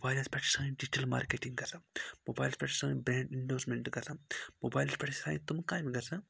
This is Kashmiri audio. موبایلَس پٮ۪ٹھ چھِ سٲنۍ ڈِجٹَل مارکیٹِنٛگ گژھان موبایلَس پٮ۪ٹھ چھِ سٲنۍ برٛینٛڈ اِنوٮ۪سٹمٮ۪نٛٹ گژھان موبایلَس پٮ۪ٹھ چھِ سانہِ تم کامہِ گژھان